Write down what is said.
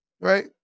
Right